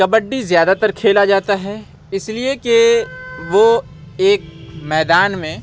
کبڈی زیادہ تر کھیلا جاتا ہے اس لیے کہ وہ ایک میدان میں